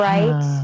Right